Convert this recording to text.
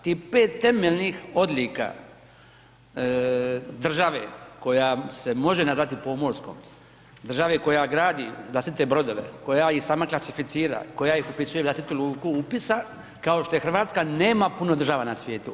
Tih pet temeljnih odlika države koja se može nazvati pomorskom, države koja gradi vlastite brodove koja i sama klasificira, koja ih upisuje u vlastitu luku upisa kao što je Hrvatska nema puno država na svijetu.